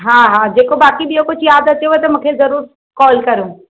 हा हा जेको बाक़ी ॿियो कुझु यादि अचेव त मूंखे ज़रूरु कॉल करो